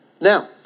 Now